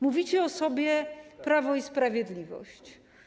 Mówicie o sobie: Prawo i Sprawiedliwość.